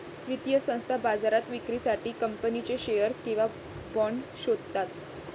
वित्तीय संस्था बाजारात विक्रीसाठी कंपनीचे शेअर्स किंवा बाँड शोधतात